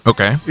Okay